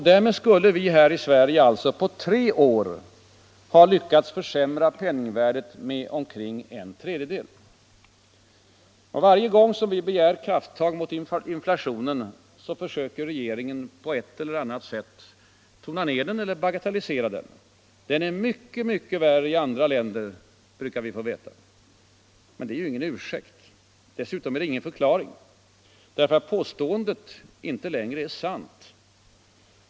Därmed skulle vi här i Sverige på bara tre år ha lyckats försämra penningvärdet med omkring en tredjedel. Varje gång vi på vårt håll begär krafttag mot inflationen försöker regeringen emellertid på ett eller annat sätt bagatellisera den. Den är mycket värre i andra länder, brukar vi få veta. Men detta är ingen ursäkt och dessutom ingen förklaring, eftersom påståendet inte längre är sant.